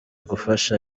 gufasha